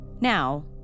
now